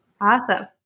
Awesome